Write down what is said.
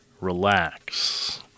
relax